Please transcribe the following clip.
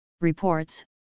reports